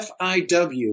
FIW